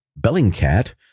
Bellingcat